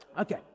Okay